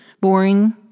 boring